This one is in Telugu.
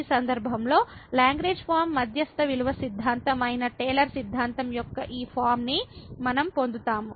ఈ సందర్భంలో లాగ్రేంజ్ ఫార్మ మధ్యస్థ విలువ సిద్ధాంతం అయిన టేలర్ సిద్ధాంతం యొక్క ఈ ఫార్మ ని మనం పొందుతాము